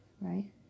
right